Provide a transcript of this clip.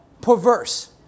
perverse